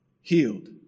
healed